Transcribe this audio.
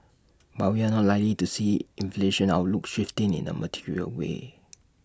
but we're not likely to see inflation outlook shifting in A material way